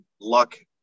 luck